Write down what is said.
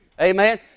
Amen